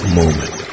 moment